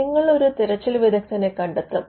നിങ്ങൾ ഒരു തിരച്ചിൽ വിദഗ്ധനെ കണ്ടെത്തും